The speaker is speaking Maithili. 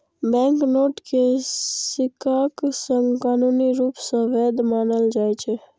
बैंकनोट कें सिक्काक संग कानूनी रूप सं वैध मानल जाइ छै